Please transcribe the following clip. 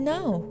Now